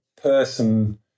person